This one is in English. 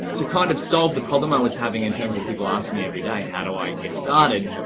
to kind of solve the problem i was having in terms of people asking me every day, how do i get started?